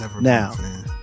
Now